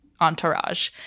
entourage